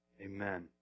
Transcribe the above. Amen